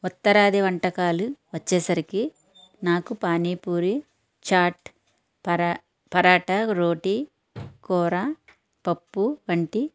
ఉత్తరాది వంటకాలు వచ్చేసరికి నాకు పానీ పూరి చాట్ పరా పరాట రోటి కూర పప్పు వంటి